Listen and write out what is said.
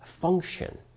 function